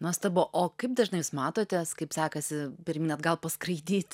nuostabu o kaip dažnai jūs matotės kaip sekasi pirmyn atgal paskraidyt